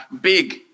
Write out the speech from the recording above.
big